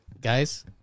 Guys